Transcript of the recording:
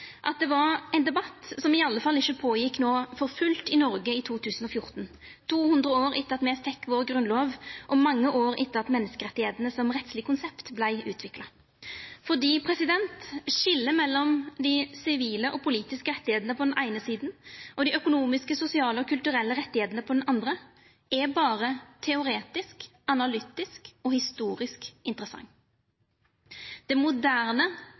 at det var ein debatt som i alle fall ikkje gjekk føre seg no, for fullt i Noreg i 2014, 200 år etter at me fekk vår grunnlov, og mange år etter at menneskerettane som rettsleg konsept vart utvikla, fordi skiljet mellom dei sivile og politiske rettane på den eine sida og dei økonomiske, sosiale og kulturelle rettane på den andre, er berre teoretisk, analytisk og historisk interessant. Det moderne,